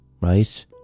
right